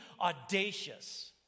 audacious